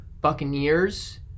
Buccaneers